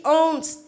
owns